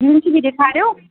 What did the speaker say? jeans बि ॾेखारियो